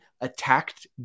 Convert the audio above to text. attacked